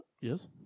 Yes